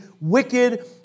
wicked